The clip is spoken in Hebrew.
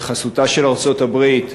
בחסותה של ארצות-הברית,